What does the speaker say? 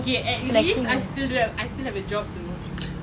okay at least I still do I still have a job though